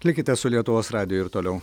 likite su lietuvos radijo ir toliau